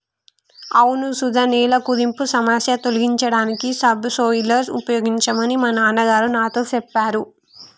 అవును సుధ నేల కుదింపు సమస్య తొలగించడానికి సబ్ సోయిలర్ ఉపయోగించమని మా నాన్న గారు నాతో సెప్పారు